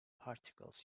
particles